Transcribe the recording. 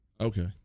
Okay